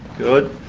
good.